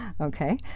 Okay